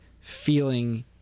feeling